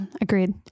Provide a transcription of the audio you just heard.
Agreed